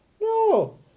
No